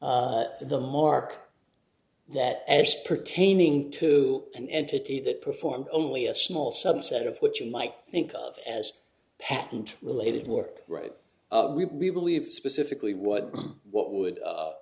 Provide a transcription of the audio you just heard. it the mark that pertaining to an entity that performs only a small subset of what you might think of as patent related work right we believe specifically what what would